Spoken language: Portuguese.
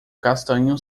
castanho